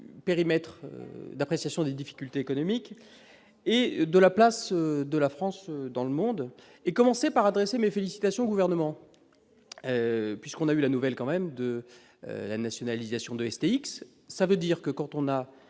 périmètre d'appréciation des difficultés économiques et de la place de la France dans le monde et commencez par adresser mes félicitations au gouvernement, puisqu'on a eu la nouvelle quand même de la nationalisation de STX, ça veut dire que quand on a